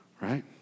right